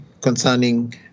concerning